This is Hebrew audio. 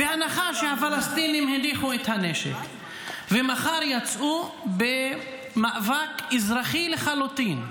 בהנחה שהפלסטינים הניחו את הנשק ומחר יצאו במאבק אזרחי לחלוטין,